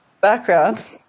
background